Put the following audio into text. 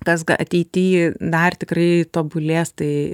tas ateity dar tikrai tobulės tai